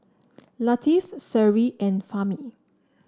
Latif Seri and Fahmi